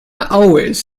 always